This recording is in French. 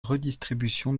redistribution